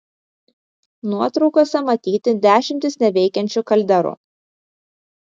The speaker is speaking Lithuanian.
nuotraukose matyti dešimtys neveikiančių kalderų